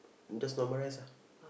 just normal rice ah